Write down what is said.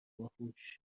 باهوش